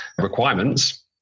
requirements